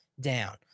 down